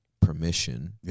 permission